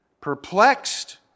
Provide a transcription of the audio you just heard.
perplexed